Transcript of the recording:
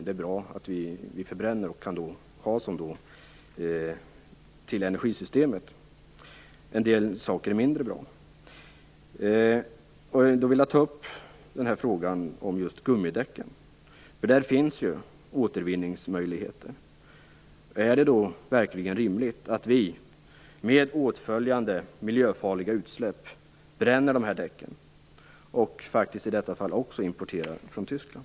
Det är bra att vi förbränner så att avfallet kan användas i energisystemet. En del saker är mindre bra. Jag vill ta upp frågan om gummidäcken. Där finns återvinningsmöjligheten. Är det verkligen rimligt att vi med åtföljande miljöfarliga utsläpp bränner dessa däck och i detta fall också importerar avfallet från Tyskland?